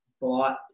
bought